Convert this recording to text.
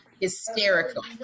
hysterical